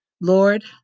Lord